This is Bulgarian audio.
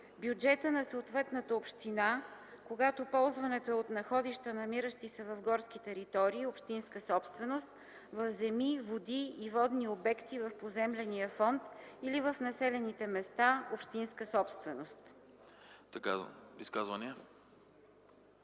бюджета на съответната община, когато ползването е от находища, намиращи се в горски територии – общинска собственост, в земи, води и водни обекти в поземления фонд или в населените места – общинска собственост”. Ще направя